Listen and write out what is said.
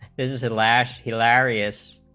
is is the last hilarious,